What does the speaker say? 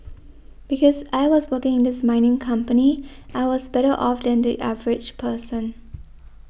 because I was working in this mining company I was better off than the average person